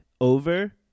over